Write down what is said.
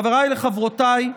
חבריי וחברותיי,